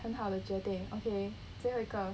很好的决定 okay 最后一个